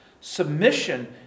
submission